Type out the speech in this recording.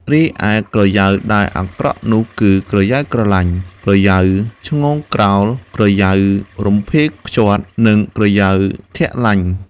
រីឯក្រយៅដែលអាក្រក់នោះ គឺ ក្រយៅក្រឡាច់ ក្រយៅឈ្ងោកក្រោល ក្រយៅរំភាយខ្ចាត់ និងក្រយៅធាក់លាញ។